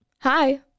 Hi